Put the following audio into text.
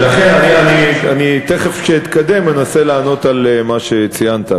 לכן תכף כשאתקדם אני אנסה לענות על מה שציינת,